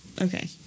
okay